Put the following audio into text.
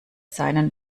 seinen